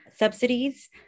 subsidies